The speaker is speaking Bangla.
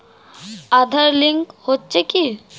আঁধার লিঙ্ক হচ্ছে কি?